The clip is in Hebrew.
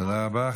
תודה רבה.